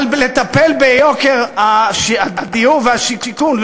אבל בלטפל ביוקר הדיור והשיכון,